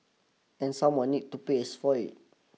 and someone need to paya for it